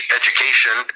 education